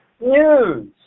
news